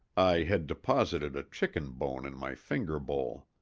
i had deposited a chicken bone in my finger bowl.